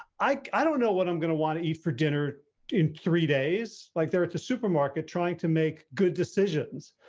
i don't know what i'm gonna want to eat for dinner in three days, like they're at the supermarket trying to make good decisions.